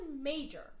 major